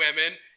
women